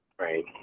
right